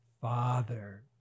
father